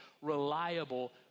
reliable